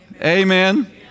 Amen